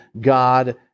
God